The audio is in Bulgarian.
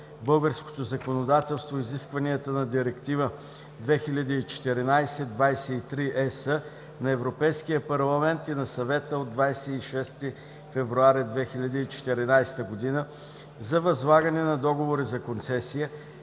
българското законодателство изискванията на Директива 2014/23/ЕС на Европейския парламент и на Съвета от 26 февруари 2014 г., за възлагане на договори за концесия,